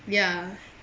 ya